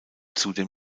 zudem